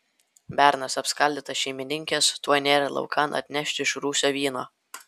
bernas apskaldytas šeimininkės tuoj nėrė laukan atnešti iš rūsio vyno